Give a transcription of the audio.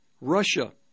Russia